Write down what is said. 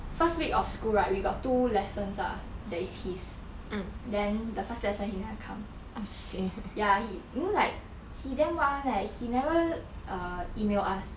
first week of school right we got two lessons ah there is his then the first lesson he never come ya he you know like he damn [what] [one] leh he never err email us